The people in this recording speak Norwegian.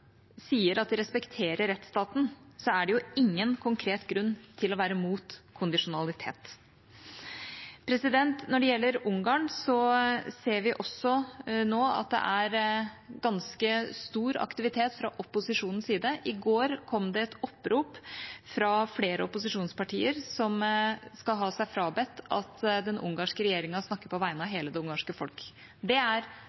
sier at de respekterer rettsstaten, er det jo ingen konkret grunn til å være imot kondisjonalitet.» Når det gjelder Ungarn, ser vi at det nå er ganske stor aktivitet fra opposisjonens side. I går kom det et opprop fra flere opposisjonspartier som skal ha seg frabedt at den ungarske regjeringen snakker på vegne av